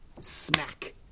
Smack